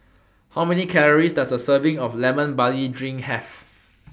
How Many Calories Does A Serving of Lemon Barley Drink Have